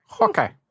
Okay